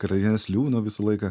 karalienės liūno visą laiką